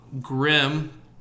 Grim